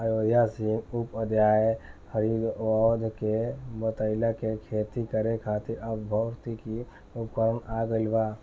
अयोध्या सिंह उपाध्याय हरिऔध के बतइले कि खेती करे खातिर अब भौतिक उपकरण आ गइल बा